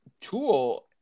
Tool